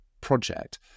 project